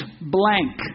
blank